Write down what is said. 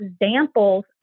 examples